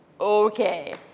okay